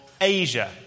Asia